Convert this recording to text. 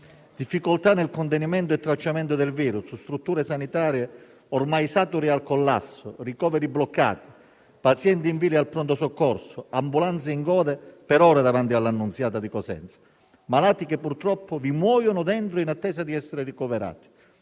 difficoltà nel contenimento e tracciamento del virus; strutture sanitarie ormai sature e al collasso; ricoveri bloccati; pazienti in fila al pronto soccorso; ambulanze in coda per ore davanti all'ospedale Annunziata di Cosenza; malati che purtroppo vi muoiono dentro, in attesa di essere ricoverati;